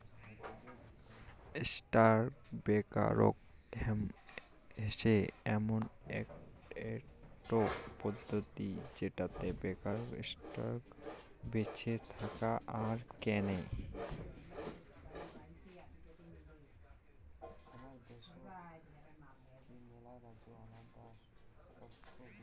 stock brokerage হসে এমন একটো পদ্ধতি যেটোতে ব্রোকাররা স্টক বেঁচে আর কেনে